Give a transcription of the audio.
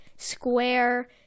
Square